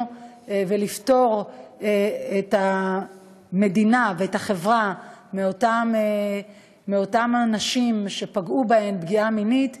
ולפטור את המדינה ואת החברה מאותם אנשים שפגעו בהן פגיעה מינית.